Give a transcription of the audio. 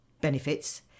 Benefits